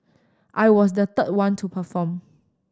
I was the third one to perform